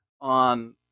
on